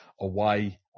away